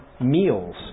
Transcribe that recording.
meals